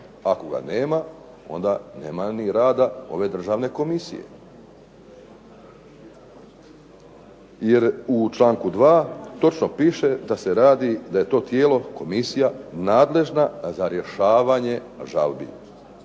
ako ga nema onda nema ni rada ove Državne komisije. Jer u čl. 2. točno piše da se radi, da je to tijelo, komisija nadležna za rješavanje žalbi.